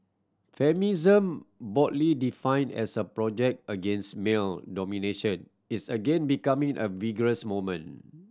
feminism broadly defined as a project against male domination is again becoming a vigorous movement